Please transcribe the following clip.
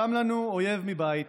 קם לנו אויב מבית